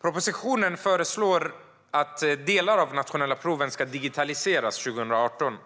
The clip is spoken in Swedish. Propositionen föreslår att delar av de nationella proven ska digitaliseras 2018.